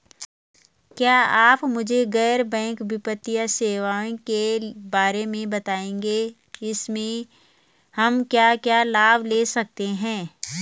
क्या आप मुझे गैर बैंक वित्तीय सेवाओं के बारे में बताएँगे इसमें हम क्या क्या लाभ ले सकते हैं?